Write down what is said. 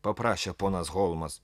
paprašė ponas holmas